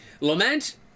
Lament